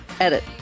Edit